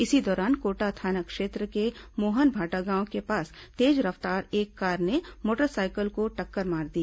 इसी दौरान कोटा थाना क्षेत्र के मोहन भाटागांव के पास तेज रफ्तार एक कार ने मोटरसाइकिल को टक्कर मार दी